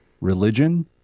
Religion